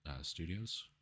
Studios